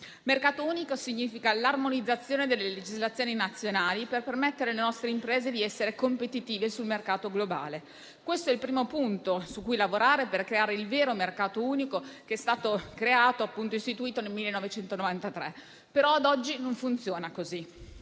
Mercato unico significa armonizzazione delle legislazioni nazionali per permettere alle nostre imprese di essere competitive sul mercato globale. Questo è il primo punto su cui lavorare per creare il vero mercato unico che è stato istituito nel 1993. Ad oggi, però, non funziona così.